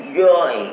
joy